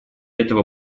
этого